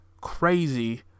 crazy